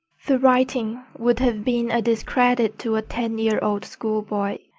the writing would have been a discredit to a ten-year-old schoolboy.